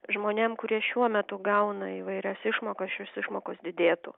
žmonėm kurie šiuo metu gauna įvairias išmokas šios išmokos didėtų